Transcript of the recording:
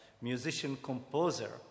musician-composer